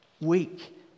Weak